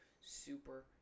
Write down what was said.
super